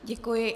Děkuji.